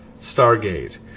stargate